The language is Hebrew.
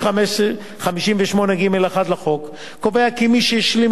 סעיף 58(ג)(1) לחוק קובע כי מי שהשלים